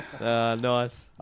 Nice